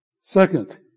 Second